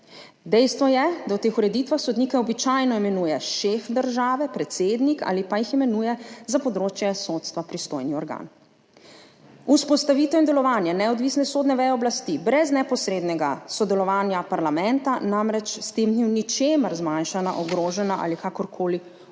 Dejstvo je, da v teh ureditvah sodnike običajno imenuje šef države, predsednik ali pa jih imenuje za področje sodstva pristojni organ. Vzpostavitev in delovanje neodvisne sodne veje oblasti brez neposrednega sodelovanja parlamenta namreč s tem ni v ničemer zmanjšana, ogrožena ali kakorkoli okrnjena,